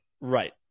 Right